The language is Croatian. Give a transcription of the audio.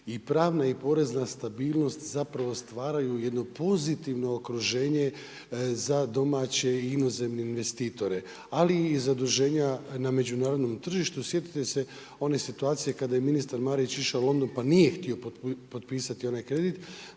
i pravna i porezna stabilnost, zapravo stvaraju jedno pozitivno okruženje za domaće i inozemne investitore. Ali i zaduženja na međunarodnom tržištu. Sjetite se one situacije kada je ministar Marić išao u London pa nije htio potpisati onaj kredit,